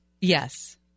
Yes